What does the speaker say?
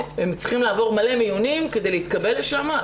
צריכים לעבור מלא מיונים כדי להתקבל לשם,